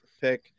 pick